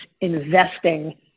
investing